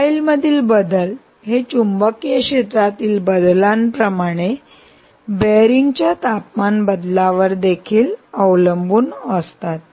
profile मधील बदल हे चुंबकीय क्षेत्रातील बदलाप्रमाणे बेरिंगच्या तापमान बदलावर देखील अवलंबून असतात